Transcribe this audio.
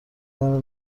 منو